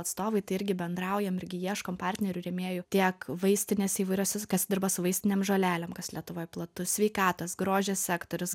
atstovai tai irgi bendraujam irgi ieškom partnerių rėmėjų tiek vaistinėse įvairiose kas dirba su vaistinėm žolelėm kas lietuvoj platu sveikatos grožio sektorius